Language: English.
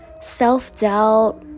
self-doubt